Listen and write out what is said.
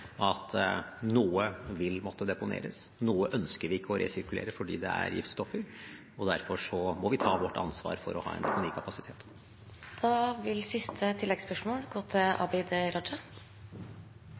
at noe vil måtte deponeres. Noe ønsker vi ikke å resirkulere fordi det er giftstoffer, og derfor må vi ta vårt ansvar for å ha en slik kapasitet. Abid Q. Raja – til